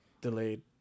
delayed